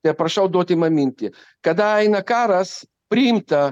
ir prašau duoti man mintį kada eina karas priimta